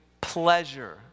pleasure